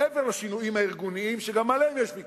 מעבר לשינויים הארגוניים, שגם עליהם יש ויכוח.